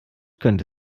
könnte